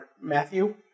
Matthew